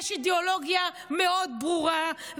יש אידיאולוגיה מאוד ברורה,